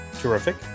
Terrific